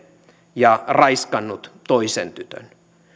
ja raiskannut toisen tytön